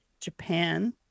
Japan